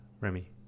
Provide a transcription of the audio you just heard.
Remy